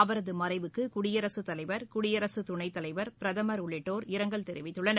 அவரதுமறைவுக்குடியரசுத் தலைவா் குடியரசுதுணைத்தலைவா் பிரதமா் உள்ளிட்டோா் இரங்கல் தெரிவித்துள்ளனர்